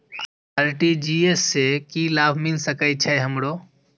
RTGS से की लाभ मिल सके छे हमरो?